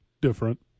different